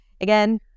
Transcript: again